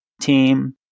team